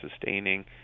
sustaining